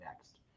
next